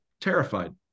terrified